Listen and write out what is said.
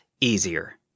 easier